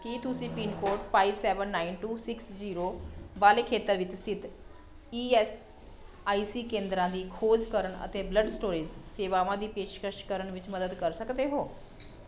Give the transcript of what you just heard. ਕੀ ਤੁਸੀਂ pin code seven nine two six zero ਵਾਲੇ ਖੇਤਰ ਵਿੱਚ ਸਥਿਤ ਈ ਐੱਸ ਆਈ ਸੀ ਕੇਂਦਰਾਂ ਦੀ ਖੋਜ ਕਰਨ ਅਤੇ ਬਲੱਡ ਸਟੋਰੇਜ ਸੇਵਾਵਾਂ ਦੀ ਪੇਸ਼ਕਸ਼ ਕਰਨ ਵਿੱਚ ਮੱਦਦ ਕਰ ਸਕਦੇ ਹੋ